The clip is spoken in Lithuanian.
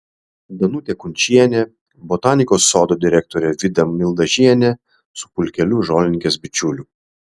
danutė kunčienė botanikos sodo direktorė vida mildažienė su pulkeliu žolininkės bičiulių